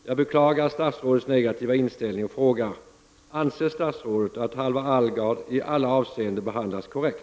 Jag beklagar statsrådets negativa inställning och frågar om statsrådet anser att Halvar Alvgard i alla avseenden har behandlats korrekt.